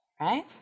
right